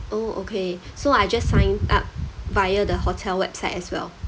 oh okay so I just sign up via the hotel website as well